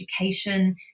education